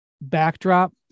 backdrop